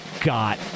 got